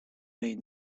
may